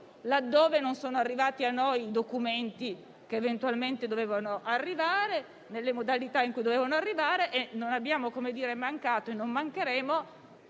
a noi non sono arrivati i documenti che eventualmente dovevano pervenire, nelle modalità in cui dovevano arrivare. Non abbiamo mancato e non mancheremo